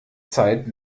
zeit